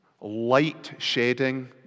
light-shedding